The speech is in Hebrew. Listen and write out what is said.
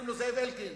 קוראים לו זאב אלקין.